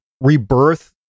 rebirth